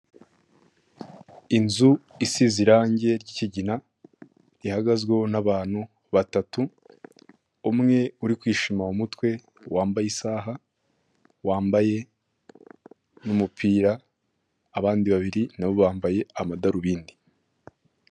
Inzu isize irangi ry'ikigina rihagazweho n'abantu batatu, umwe uri kwishima mu mutwe wambaye isaha, wambaye n'umupira, abandi babiri na bo bambaye amadarubindi.